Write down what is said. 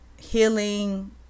healing